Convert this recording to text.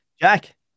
Jack